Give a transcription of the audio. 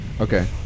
Okay